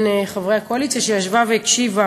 מחברי הקואליציה שישבה והקשיבה